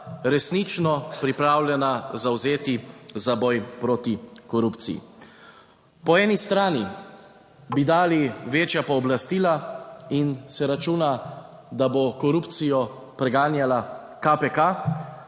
resnično pripravljena zavzeti za boj proti korupciji. Po eni strani bi dali večja pooblastila in se računa, da bo korupcijo preganjala KPK.